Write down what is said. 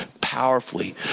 powerfully